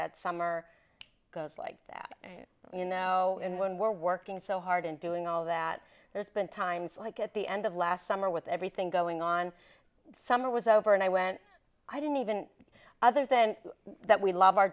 that summer goes like that you know and when we're working so hard and doing all that there's been times like at the end of last summer with everything going on summer was over and i went i didn't even other than that we love our